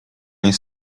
jest